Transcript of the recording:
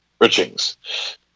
Richings